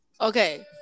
Okay